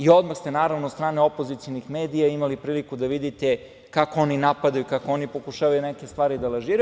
Odmah ste, naravno, od strane opozicionih medija imali priliku da vidite kako oni napadaju, kako oni pokušavaju neke stvari da lažiraju.